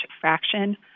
fraction